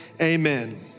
amen